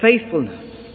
faithfulness